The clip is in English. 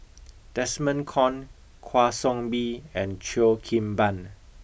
Desmond Kon Kwa Soon Bee and Cheo Kim Ban